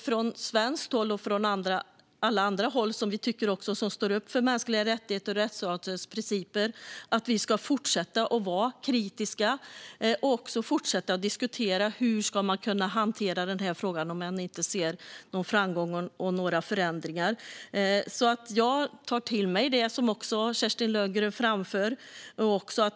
Från svenskt och alla andra håll där man står upp för mänskliga rättigheter och rättsstatens principer ska vi fortsätta att vara kritiska och diskutera hur denna fråga ska hanteras om man inte ser någon framgång eller några förändringar. Jag tar alltså till mig det som Kerstin Lundgren framför.